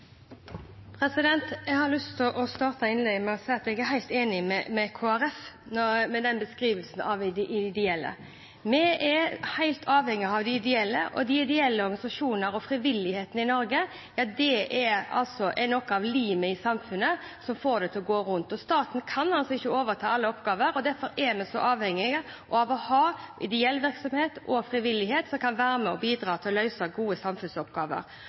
Jeg har lyst til å starte innlegget med å si at jeg er helt enig med Kristelig Folkeparti i beskrivelsen av de ideelle. Vi er helt avhengige av de ideelle, og de ideelle organisasjonene og frivilligheten i Norge er noe av limet i samfunnet – som får det til å gå rundt. Staten kan ikke overta alle oppgaver, derfor er vi avhengige av å ha ideell virksomhet og frivillighet som kan være med og bidra til å løse gode samfunnsoppgaver.